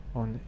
on